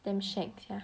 damn shag sia